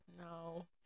no